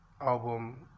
album